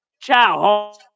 Ciao